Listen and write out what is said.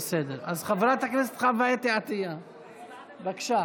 חברת הכנסת חוה אתי עטייה, בבקשה.